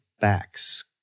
backs